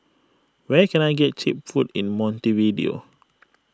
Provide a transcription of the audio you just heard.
where can I get Cheap Food in Montevideo